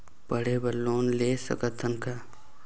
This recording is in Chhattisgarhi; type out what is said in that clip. पढ़े बर भी लोन ले सकत हन का?